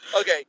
Okay